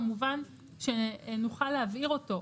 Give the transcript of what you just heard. כמובן שנוכל להבהיר אותו,